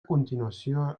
continuació